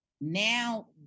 Now